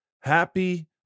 Happy